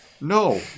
No